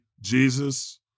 Jesus